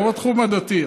לא בתחום הדתי.